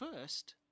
first